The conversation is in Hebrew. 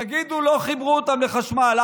תגידו: לא חיברו אותם לחשמל.